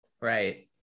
right